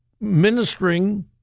ministering